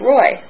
Roy